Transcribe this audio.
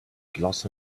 gloss